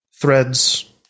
threads